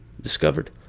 discovered